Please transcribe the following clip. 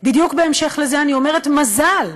בדיוק בהמשך לזה אני אומרת: מזל,